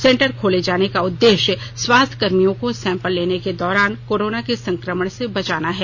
centre खोले जाने का उद्देश्य स्वास्थ कर्मियों को सैम्पल लेने के दौरान कोरोना के संक्रमण से बचाना है